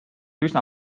üsna